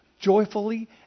Joyfully